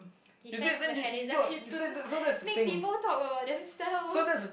defense mechanism is to make people talk about themselves